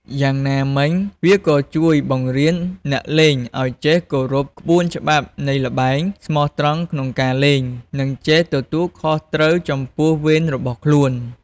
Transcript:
យ៉ាងណាមិញ វាក៏ជួយបង្រៀនអ្នកលេងឱ្យចេះគោរពក្បួនច្បាប់នៃល្បែង ស្មោះត្រង់ក្នុងការលេង និងចេះទទួលខុសត្រូវចំពោះវេនរបស់ខ្លួន។